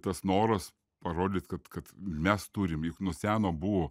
tas noras parodyt kad kad mes turim juk nuo seno buvo